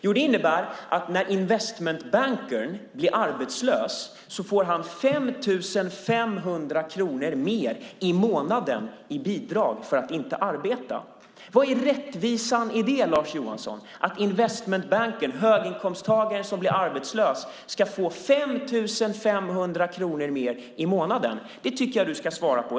Jo, det innebär att när investmentbankern blir arbetslös får han 5 500 kronor mer i månaden i bidrag för att inte arbeta. Lars Johansson, vad är rättvisan i att investmentbankern, höginkomsttagaren, som blir arbetslös ska få 5 500 kronor mer i månaden? Det tycker jag att du ska svara på.